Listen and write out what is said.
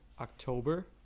October